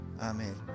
amen